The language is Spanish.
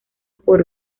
por